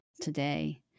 today